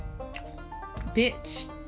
bitch